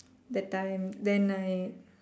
that time then I